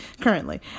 currently